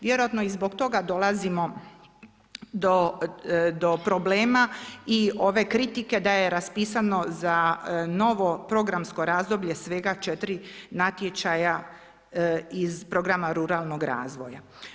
Vjerojatno i zbog toga dolazimo do problema i ove kritike da je raspisano za novo programsko razdoblje svega četiri natječaja iz programa ruralnog razvoja.